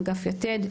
אגף "יתד".